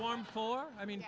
farm for i mean